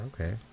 okay